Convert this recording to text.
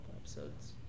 episodes